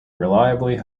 reliably